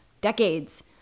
decades